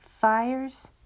fires